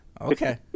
Okay